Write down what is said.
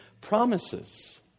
promises